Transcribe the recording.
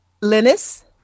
Linus